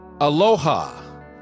Aloha